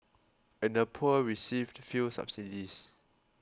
and the poor received few subsidies